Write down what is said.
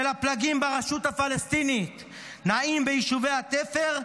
הפלגים ברשות הפלסטינית נעים ביישובי התפר.